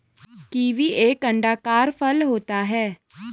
kiwi एक अंडाकार फल होता है